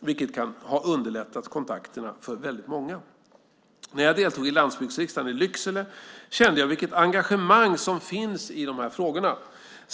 vilket har underlättat kontakterna för väldigt många. När jag deltog vid Landsbygdsriksdagen i Lycksele kände jag vilket engagemang som finns i dessa frågor.